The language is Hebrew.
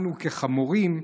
אנו כחמורים",